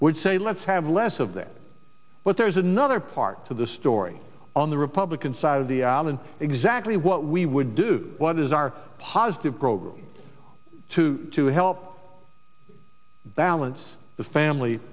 would say let's have less of that but there's another part to the story on the republican side of the aisle and exactly what we would do what is our positive program to to help balance the family